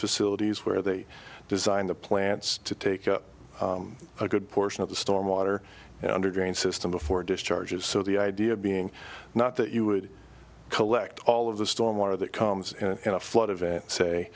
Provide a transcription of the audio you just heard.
facilities where they design the plants to take up a good portion of the storm water underground system before discharges so the idea being not that you would collect all of the storm water that comes in a flood event say